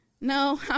No